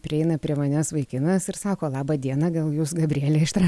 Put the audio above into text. prieina prie manęs vaikinas ir sako laba diena gal jūs gabrielė iš tra